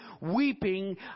weeping